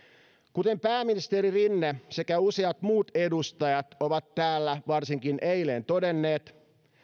kuten pääministeri rinne sekä useat muut edustajat ovat täällä varsinkin eilen todenneet